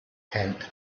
tent